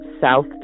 south